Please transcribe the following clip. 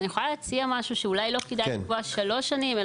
אני יכולה להציע שאולי לא כדאי לקבוע שלוש שנים,